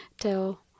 tell